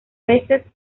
peces